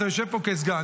אתה יושב פה כסגן,